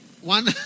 one